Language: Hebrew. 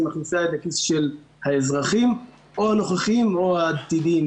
היא מכניסה יד לכיס של האזרחים או הנוכחיים או העתידיים.